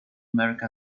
america